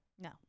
No